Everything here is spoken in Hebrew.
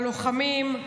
הלוחמים,